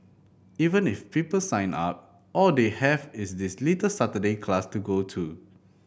even if people sign up all they have is this little Saturday class to go to